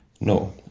No